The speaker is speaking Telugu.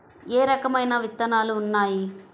ఏ రకమైన విత్తనాలు ఉన్నాయి?